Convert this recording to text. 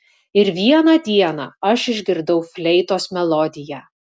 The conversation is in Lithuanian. ir vieną dieną aš išgirdau fleitos melodiją